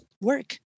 work